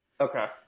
Okay